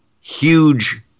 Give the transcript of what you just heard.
huge